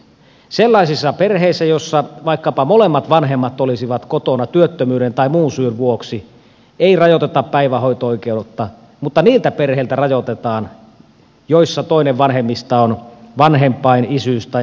sellaisissa perheissä joissa vaikkapa molemmat vanhemmat olisivat kotona työttömyyden tai muun syyn vuoksi ei rajoiteta päivähoito oikeutta mutta niiltä perheiltä rajoitetaan joissa toinen vanhemmista on vanhempain isyys tai äitiysvapaalla